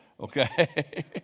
Okay